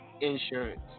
insurance